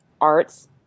Arts